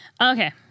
okay